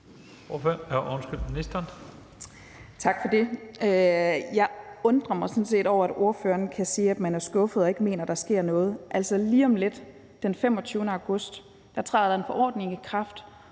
Jeg undrer mig sådan set over, at ordføreren kan sige, at man er skuffet og ikke mener, at der sker noget. Altså, lige om lidt, den 25. august, træder der en forordning i kraft